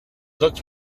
looked